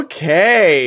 Okay